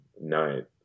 night